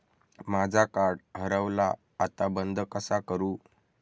माझा कार्ड हरवला आता बंद कसा करू?